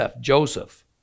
Joseph